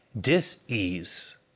dis-ease